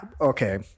okay